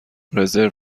رزرو